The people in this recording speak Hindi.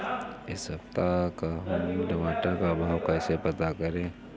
इस सप्ताह का हम टमाटर का भाव कैसे पता करें?